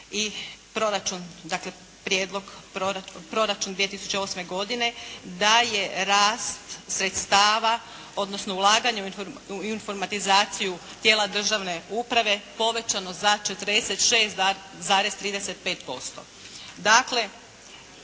proračun 2008. godine da je rast sredstava, odnosno ulaganja u informatizaciju tijela države uprave povećano za 46,35%.